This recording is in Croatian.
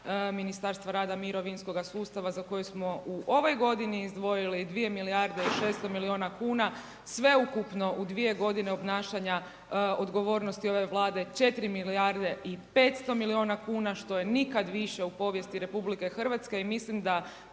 Ministarstva rada, mirovinskoga sustava za koje smo u ovoj godini izdvojili 2 milijarde i 600 milijuna kuna. Sveukupno u dvije godine obnašanja odgovornosti Vlade 4 milijarde i 500 milijuna kuna što je nikada više u povijesti Republike Hrvatske. I mislim da